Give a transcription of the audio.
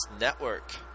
Network